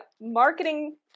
marketing